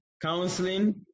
Counseling